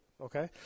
okay